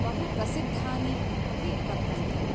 बहु प्रसिद्धानि अपि वर्तन्ते